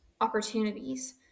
opportunities